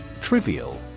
Trivial